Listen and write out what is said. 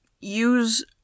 use